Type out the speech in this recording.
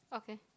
okay